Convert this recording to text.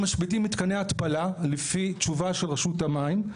אם משביתים מתקני התפלה, לפי תשובה של רשות המים,